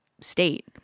state